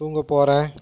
தூங்கப் போகிறேன்